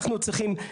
אנחנו צריכים,